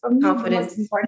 Confidence